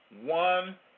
one